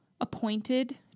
appointed